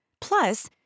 Plus